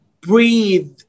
breathe